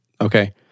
Okay